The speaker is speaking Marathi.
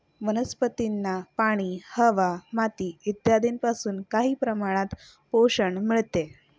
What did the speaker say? वनस्पतींना पाणी, हवा, माती इत्यादींपासून काही प्रमाणात पोषण मिळते